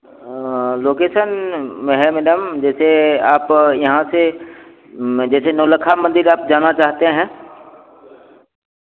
location हैं madam जैसे आप यहाँ से जैसे नवलखा मंदिर आप जाना चाहते हैं